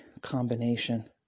combination